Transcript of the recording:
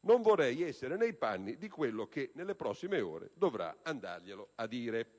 Non vorrei essere nei panni di colui che nelle prossime ore dovrà andarglielo a dire.